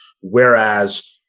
whereas